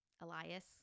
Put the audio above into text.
Elias